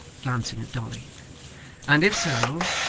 glancing at dolly and if so,